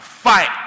Fight